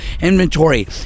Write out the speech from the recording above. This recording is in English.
inventory